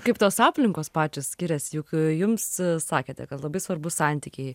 kaip tos aplinkos pačios skiriasi juk jums sakėte kad labai svarbu santykiai